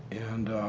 and